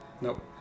Nope